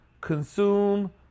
consume